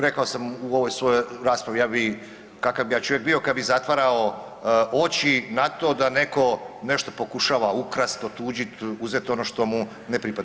Rekao sam u ovoj svojoj raspravi, ja bi kakav bi ja čovjek bio kada bi zatvarao oči na to da neko nešto pokušava ukrast, otuđit, uzet ono što mu ne pripada.